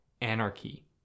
anarchy